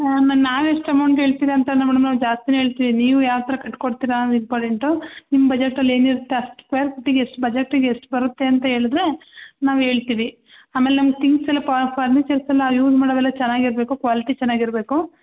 ಹಾಂ ನಾವು ಎಷ್ಟು ಅಮೌಂಟ್ ಹೇಳ್ತೀರಾ ಅಂತ ಅಲ್ಲ ಮೇಡಮ್ ನಾವು ಜಾಸ್ತಿನೇ ಹೇಳ್ತೀವಿ ನೀವು ಯಾವ ಥರ ಕಟ್ ಕೊಡ್ತೀರಾ ಅನ್ನುದ ಇಂಪಾರ್ಟೆಂಟು ನಿಮ್ಮ ಬಜೆಟಲ್ಲಿ ಏನಿರತ್ತೆ ಅಷ್ಟು ಸ್ಕ್ವೇರ್ ಫೀಟಿಗೆ ಎಷ್ಟು ಬಜೆಟಿಗೆ ಎಷ್ಟು ಬರುತ್ತೆ ಅಂತ ಹೇಳದ್ರೆ ನಾವು ಹೇಳ್ತೀವಿ ಆಮೇಲೆ ನಮ್ಮ ತಿಂಗ್ಸ್ ಎಲ್ಲ ಫರ್ನಿಚರ್ಸ್ ಎಲ್ಲ ಇವ್ನ ಮಾಡೋವೆಲ್ಲ ಚೆನ್ನಾಗಿರ್ಬೇಕು ಕ್ವಾಲಿಟಿ ಚೆನ್ನಾಗಿರ್ಬೇಕು